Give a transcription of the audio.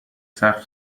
سقف